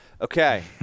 okay